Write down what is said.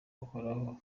uhoraho